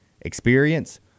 experience